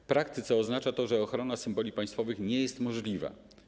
W praktyce oznacza to, że ochrona symboli państwowych nie jest możliwa.